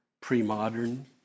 pre-modern